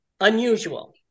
unusual